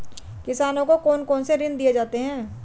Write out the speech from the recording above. किसानों को कौन से ऋण दिए जाते हैं?